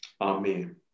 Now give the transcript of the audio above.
Amen